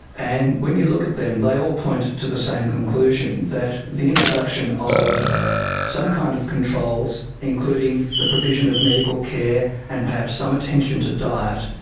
and when you look at them, they all point to the same conclusion, that the introduction of some kind of controls including the provision of medical care and perhaps some attention to diet,